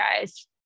guys